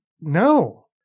No